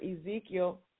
Ezekiel